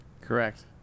Correct